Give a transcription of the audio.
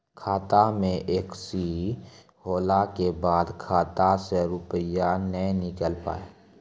खाता मे एकशी होला के बाद खाता से रुपिया ने निकल पाए?